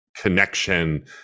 connection